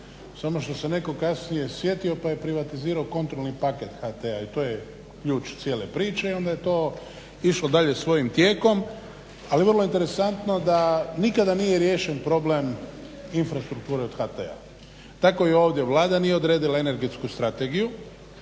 Samo što se netko kasnije sjetio pa je privatizirao kontrolni paket HT-a i to je ključ cijele priče i onda je to išlo dalje svojim tijekom. Ali vrlo interesantno da nikada nije riješen problem infrastrukture od HT-a. Tako i ovdje Vlada nije odredila energetsku strategiju,